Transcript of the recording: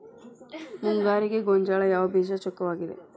ಮುಂಗಾರಿಗೆ ಗೋಂಜಾಳ ಯಾವ ಬೇಜ ಚೊಕ್ಕವಾಗಿವೆ?